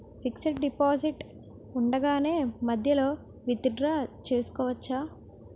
Fixed deposit ఉండగానే మధ్యలో withdraw చేసుకోవచ్చా?